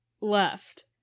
left